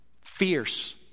Fierce